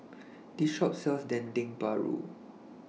This Shop sells Dendeng Paru